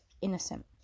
innocent